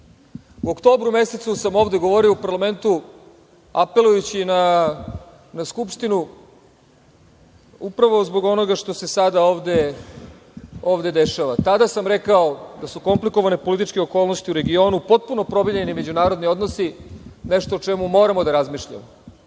oktobru mesecu sam ovde govorio u Parlamentu apelujući na Skupštinu, upravo, zbog onoga što se sada ovde dešava. Tada sam rekao da su komplikovane političke okolnosti u regionu, potpuno promenljivi međunarodni odnosi, nešto o čemu moramo da razmišljamo.